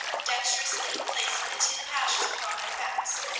dexterously placing the tin of ashes upon their backs.